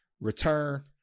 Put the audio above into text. Return